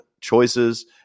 choices